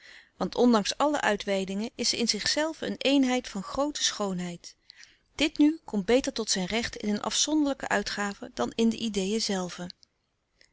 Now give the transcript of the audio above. want ondanks alle uitweidingen is ze in zichzelven een eenheid van groote schoonheid dit nu komt beter tot zijn recht in een afzonderlijke uitgave dan in de ideen zelve